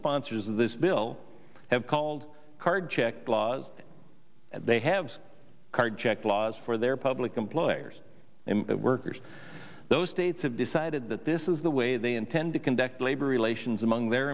sponsors of this bill have called card check laws they have card check laws for their public employers and workers those states have decided that this is the way they intend to conduct labor relations among their